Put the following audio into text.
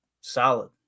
solid